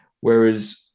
whereas